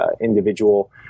individual